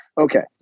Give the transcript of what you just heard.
Okay